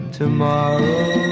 tomorrow